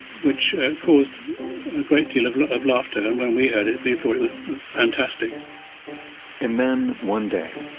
which caused a great deal of of laughter. and when we heard it we thought it was fantastic and then one day,